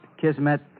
kismet